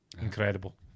Incredible